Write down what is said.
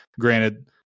Granted